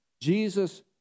Jesus